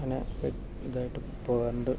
അങ്ങനെ ഇതായിട്ട് പോകാറുണ്ട്